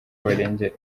barengera